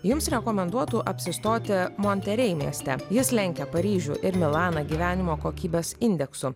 jums rekomenduotų apsistoti monterei mieste jis lenkia paryžių ir milaną gyvenimo kokybės indeksu